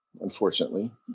unfortunately